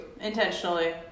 intentionally